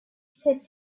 said